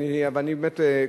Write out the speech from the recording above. ואני באמת,